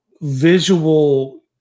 visual